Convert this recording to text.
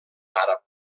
àrab